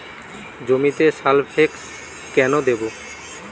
জমিতে সালফেক্স কেন দেবো?